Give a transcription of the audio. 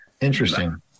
Interesting